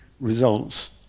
results